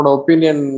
opinion